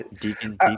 Deacon